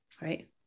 Right